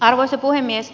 arvoisa puhemies